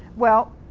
well,